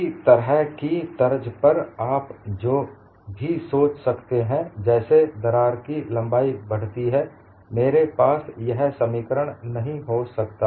इसी तरह की तर्ज पर आप भी जो सोच सकते हैं जैसे दरार की लंबाई बढ़ती है मेरे पास यह समीकरण नहीं हो सकता